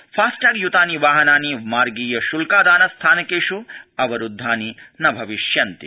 FASTag युतानि वाहनानि मार्गीयश्ल्कादान स्थानकेष् अवरुद्धानि न भविष्यन्ति